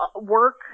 work